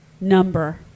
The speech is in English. number